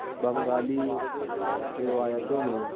بنگالی روایتوں میں